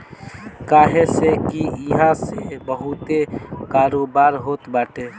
काहे से की इहा से बहुते कारोबार होत बाटे